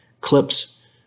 clips